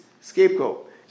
scapegoat